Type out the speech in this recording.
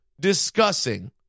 discussing